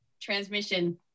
transmission